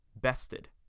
bested